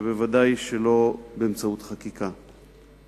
ובוודאי שלא באמצעות חקיקה.